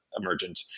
emergent